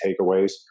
takeaways